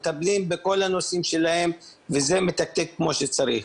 מטפלים בכל הנושאים שלהם וזה מתקתק כמו שצריך.